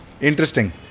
Interesting